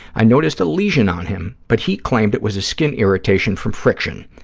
i noticed a lesion on him, but he claimed it was a skin irritation from friction,